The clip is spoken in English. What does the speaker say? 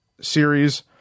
series